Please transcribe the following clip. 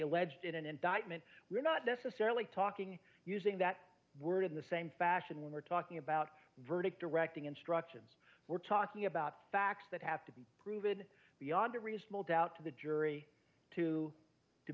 alleged in an indictment we're not necessarily talking using that word in the same fashion when we're talking about verdict directing instructions we're talking about facts that have to be proven beyond a reasonable doubt to the jury to to